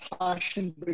passion